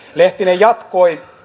lehtinen jatkoi